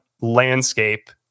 landscape